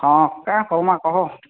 ହଁ କା କର୍ମା କହ